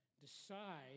Decide